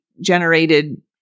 generated